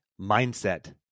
Mindset